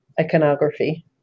iconography